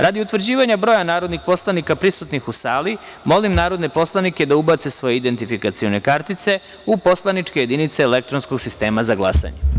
Radi utvrđivanja broja poslanika prisutnih u sali, molim narodne poslanike da ubace svoje identifikacione kartice u poslaničke jedinice elektronskog sistema za glasanje.